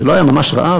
זה לא היה ממש רעב.